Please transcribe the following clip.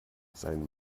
sein